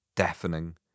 deafening